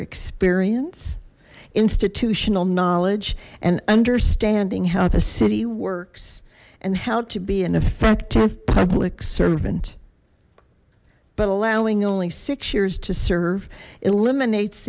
experience institutional knowledge and understanding how the city works and how to be an effective public servant but allowing only six years to serve eliminates